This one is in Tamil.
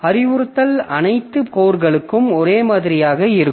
அறிவுறுத்தல் அனைத்து கோர்களுக்கும் ஒரே மாதிரியாக இருக்கும்